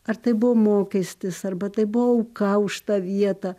ar tai buvo mokestis arba tai buvo auka už tą vietą